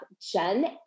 Jen